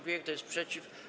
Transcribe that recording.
Kto jest przeciw?